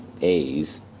A's